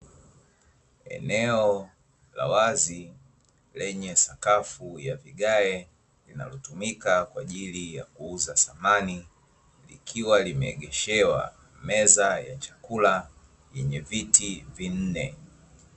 Eneo la wazi lenye sakafu ya vigae linalotumika kwa ajili ya kuuza samani, likiwa limeegeshewa meza ya chakula yenye viti vinne.